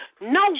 No